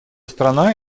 страна